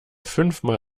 fünfmal